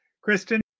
Kristen